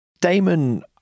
Damon